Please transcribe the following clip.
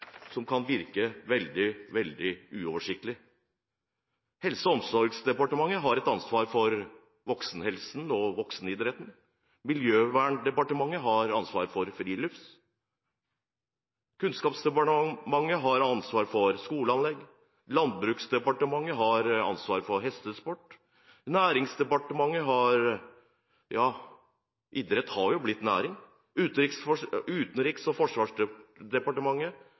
som kan virke veldig, veldig uoversiktlig. Helse- og omsorgsdepartementet har et ansvar for voksenhelse og voksenidrett. Miljøverndepartementet har ansvaret for friluftsliv. Kunnskapsdepartementet har ansvar for skoleanlegg. Landbruksdepartementet har ansvar for hestesport. Næringsdepartementet har ansvar for næring – ja, idrett har jo blitt næring. Utenriks- og forsvarsdepartementet